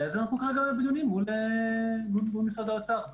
אז אנחנו בדיונים בנושא הזה מול משרד האוצר,